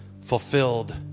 Fulfilled